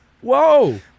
Whoa